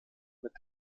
mit